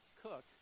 cook